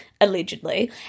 allegedly